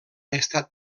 estat